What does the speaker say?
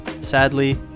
Sadly